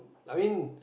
I mean